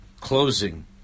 closing